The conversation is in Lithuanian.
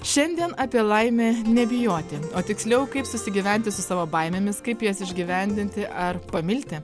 šiandien apie laimę nebijoti o tiksliau kaip susigyventi su savo baimėmis kaip jas išgyvendinti ar pamilti